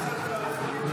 תוצאות